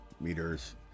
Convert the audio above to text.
Meters